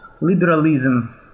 liberalism